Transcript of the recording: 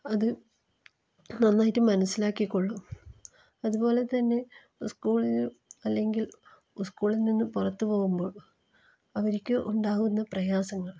അത് നന്നായിട്ട് മനസ്സിലാക്കിക്കൊള്ളും അതുപോലെ തന്നെ സ്കൂളിൽ അല്ലങ്കിൽ ഉസ്ക്കൂളിൽ നിന്ന് പുറത്ത് പോകുമ്പോൾ അവർക്ക് ഉണ്ടാകുന്ന പ്രയാസങ്ങൾ